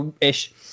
ish